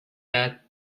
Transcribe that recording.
that